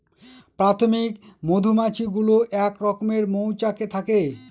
প্রাথমিক মধুমাছি গুলো এক রকমের মৌচাকে থাকে